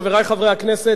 חברי חברי הכנסת,